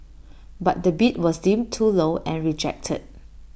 but the bid was deemed too low and rejected